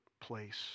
place